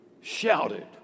shouted